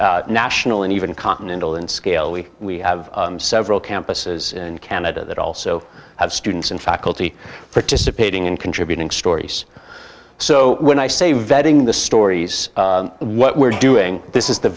national and even continental in scale we we have several campuses in canada that also have students and faculty participating and contributing stories so when i say vetting the stories what we're doing this is the